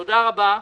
תודה רבה.